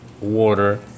water